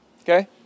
Okay